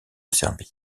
serbie